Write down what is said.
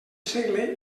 segle